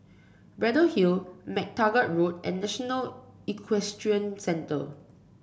Braddell Hill MacTaggart Road and National Equestrian Centre